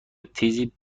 تیزی